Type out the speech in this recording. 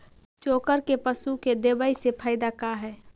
चोकर के पशु के देबौ से फायदा का है?